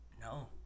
No